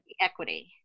Equity